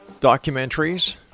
documentaries